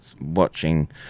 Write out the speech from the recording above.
watching